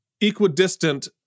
equidistant